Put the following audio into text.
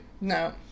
no